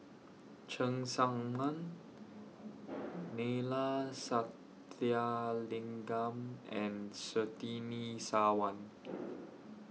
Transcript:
Cheng Tsang Man Neila Sathyalingam and Surtini Sarwan